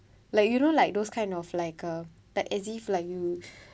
like you know like those kind of like uh but as if like you